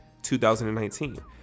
2019